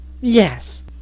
Yes